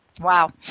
Wow